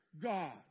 God